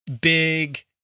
big